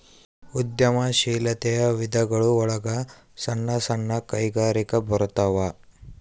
ಉದ್ಯಮ ಶೀಲಾತೆಯ ವಿಧಗಳು ಒಳಗ ಸಣ್ಣ ಸಣ್ಣ ಕೈಗಾರಿಕೆ ಬರತಾವ